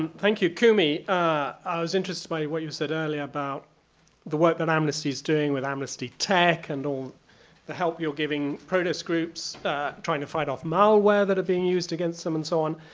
um thank you. kumi, i was interested by what you said earlier about the work that amnesty's doing with amnesty tech and all the help you're giving protest groups trying to fight off malware that are being used against them and so on.